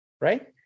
right